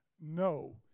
No